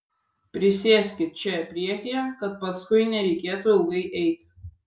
prisėskit čia priekyje kad paskui nereikėtų ilgai eiti